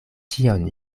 ĉion